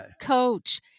coach